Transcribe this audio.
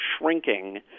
shrinking